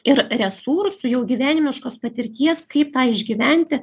ir resursų jau gyvenimiškos patirties kaip tą išgyventi